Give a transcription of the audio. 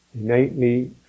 innately